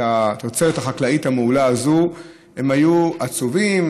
התוצרת החקלאית המעולה הזאת היו עצובים,